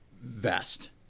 vest